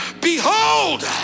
behold